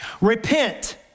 Repent